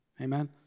Amen